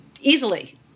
easily